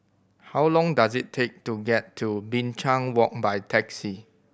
how long does it take to get to Binchang Walk by taxi